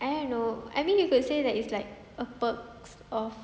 I don't know I mean you got say it's like a perks of